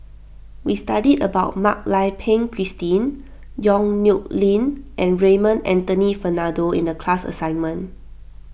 we studied about Mak Lai Peng Christine Yong Nyuk Lin and Raymond Anthony Fernando in the class assignment